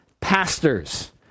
pastors